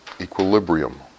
equilibrium